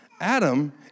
Adam